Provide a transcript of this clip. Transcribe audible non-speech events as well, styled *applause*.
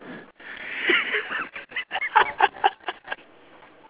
*laughs*